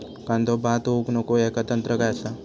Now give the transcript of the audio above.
कांदो बाद होऊक नको ह्याका तंत्र काय असा?